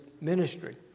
ministry